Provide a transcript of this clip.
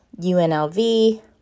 UNLV